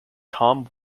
tom